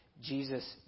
Jesus